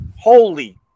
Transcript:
Holy